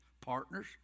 partners